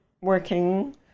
working